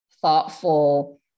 thoughtful